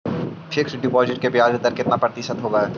Fix deposit का ब्याज दर कितना प्रतिशत होब है?